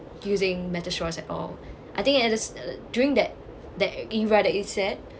using metal straws at all I think that is during that that era that you said